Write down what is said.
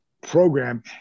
program